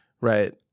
Right